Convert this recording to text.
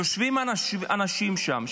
יושבים אנשים שם,